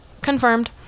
Confirmed